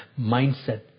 Mindset